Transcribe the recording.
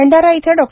भंडारा इथं डॉ